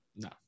No